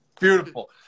Beautiful